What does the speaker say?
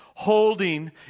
holding